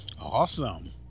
Awesome